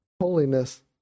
holiness